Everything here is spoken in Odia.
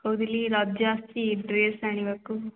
କହୁଥିଲି ରଜ ଆସୁଛି ଡ୍ରେସ୍ ଆଣିବାକୁ